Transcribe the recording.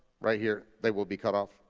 right here, they will be cut off,